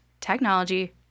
technology